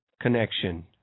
connection